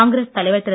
காங்கிரஸ் தலைவர் திரு